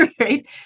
right